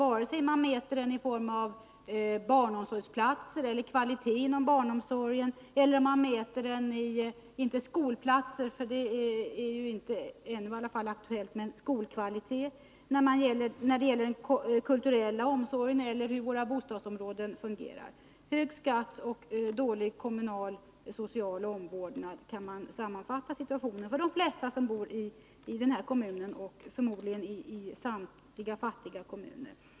Detta gäller antingen man mäter barnomsorgsplatser eller kvaliteten i barnomsorgen, eller man mäter kvaliteten på skolan, den kommunala omsorgen eller hur våra bostadsområden fungerar. Hög skatt och dålig kommunal social omvårdnad, så kan man sammanfatta situationen för de flesta som bor i denna kommun, förmodligen gäller detsamma i samtliga fattiga kommuner.